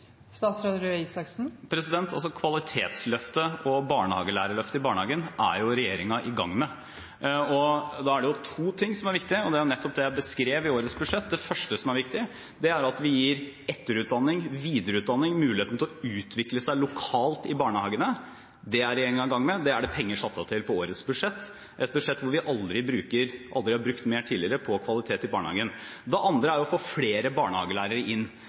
Kvalitetsløftet og barnehagelærerløftet i barnehagen er regjeringen i gang med. I den sammenheng er det to ting som er viktig, som jeg beskrev i årets budsjett: Det første som er viktig, er at vi gir etterutdanning, videreutdanning og mulighet for å utvikle seg lokalt i barnehagene. Det er regjeringen i gang med. Det er satt av penger til det på årets budsjett – et budsjett hvor vi aldri tidligere har brukt mer på kvalitet i barnehagen. Det andre er å få flere barnehagelærere inn.